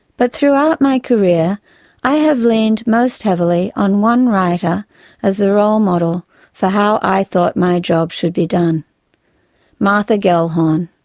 but throughout my career i have leaned most heavily on one writer as the role model for how i thought my job should be done martha gellhorn.